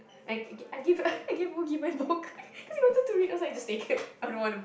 I give I give I give Woogie my book cause he wanted to read I was like just take it I don't want to